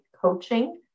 coaching